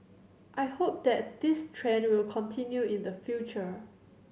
I hope that this trend will continue in the future